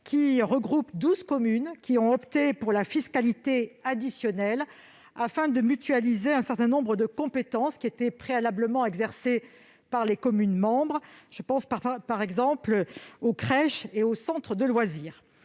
qui regroupe douze communes ayant opté pour la fiscalité additionnelle, afin de mutualiser un certain nombre de compétences qui étaient auparavant exercées par chaque commune membre- je pense, par exemple, aux crèches et aux centres de loisirs.